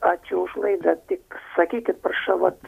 ačiū už laidą tik sakykit prašau vat